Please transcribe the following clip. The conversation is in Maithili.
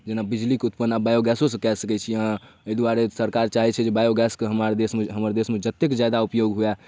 जेना बिजलीके उत्पन्न आब बायोगैसोसँ कऽ सकै छी अहाँ एहि दुआरे सरकार चाहै छै जे बायोगैसके हमार देशमे हमर देशमे जतेक जादा उपयोग हुअए